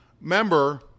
member